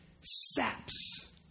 saps